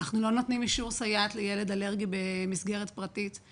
אנחנו לא נותנים אישור סייעת לילד אלרגי במסגרת פרטית,